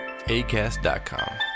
ACAST.com